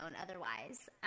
otherwise